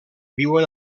viuen